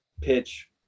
pitch